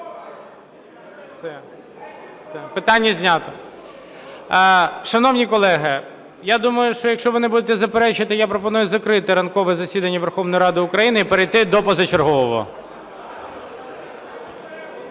питання знято. Шановні колеги, я думаю, що якщо ви не будете заперечувати, я пропоную закрити ранкове засідання Верховної Ради України і перейти до позачергового.